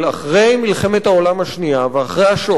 אחרי מלחמת העולם השנייה ואחרי השואה,